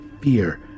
fear